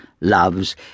loves